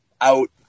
out